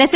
S